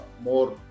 more